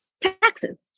Taxes